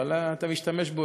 אבל אתה משתמש בו,